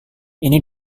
ini